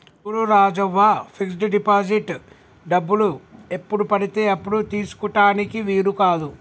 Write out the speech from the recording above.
చూడు Rajavva fix deposit చేసిన డబ్బులు ఎప్పుడు పడితే అప్పుడు తీసుకుటానికి వీలు కాదు